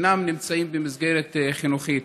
שאינם נמצאים במסגרת חינוכית.